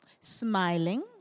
smiling